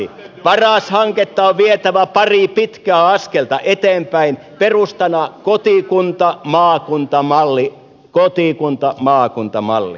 paras hanketta on vietävä pari pitkää askelta eteenpäin perustana kotikuntamaakunta malli kotikuntamaakunta malli